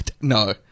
no